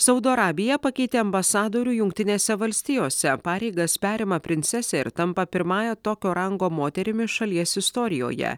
saudo arabija pakeitė ambasadorių jungtinėse valstijose pareigas perima princesė ir tampa pirmąja tokio rango moterimi šalies istorijoje